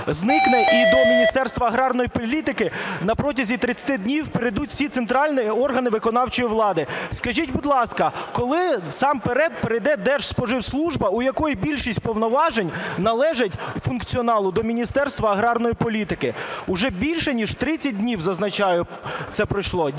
зникне і до Міністерства аграрної політики протягом 30 днів перейдуть всі центральні органи виконавчої влади. Скажіть, будь ласка, коли насамперед перейде Держспоживслужба, у якій більшість повноважень належать функціоналу до Міністерства аграрної політики? Уже більше ніж 30 днів, зазначаю, як це пройшло.